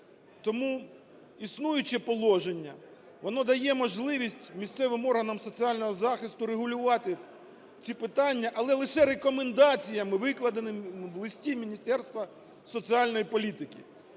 Тому існуюче положення воно дає можливість місцевим органам соціального захисту регулювати ці питання, але лише рекомендаціями, викладеними в листі Міністерства соціальної політики.